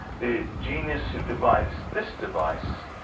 the genius who devised this device,